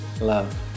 love